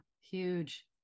Huge